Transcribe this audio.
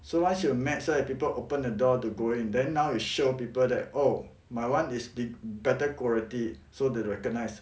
so once you are match right people open the door to go in then now you show people that oh my [one] is be~ better quality so they recognised